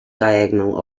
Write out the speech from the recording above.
diagonal